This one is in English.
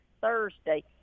Thursday